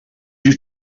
you